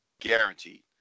Guaranteed